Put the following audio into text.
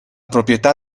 proprietà